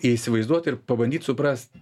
įsivaizduot ir pabandyt suprast